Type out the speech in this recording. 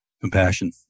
compassion